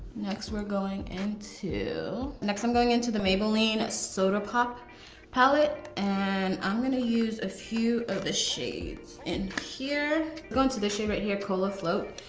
next we're going and into. next i'm going into the maybelline sodapop pallette, and i'm gonna use a few of the shades in here. going to this shade right here, cola float,